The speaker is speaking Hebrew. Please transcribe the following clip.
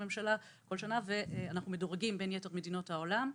הממשלה ואנחנו מדורגים בין יתר מדינות העולם.